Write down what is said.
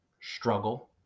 struggle